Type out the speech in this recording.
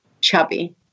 chubby